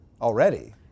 already